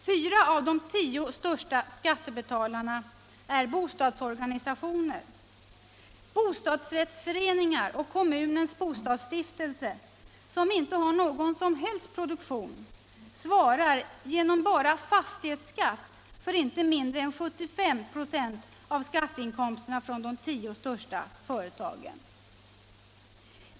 Fyra av de tio största skattebetalarna är bostadsorganisationer. Bostadsrättsföreningar och kommunens bostadsstiftelse, som inte har någon som helst produktion, svarar genom bara fastighetsskatt för inte mindre än 75 96 av skatteinkomsterna från de tio största företagen.